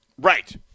Right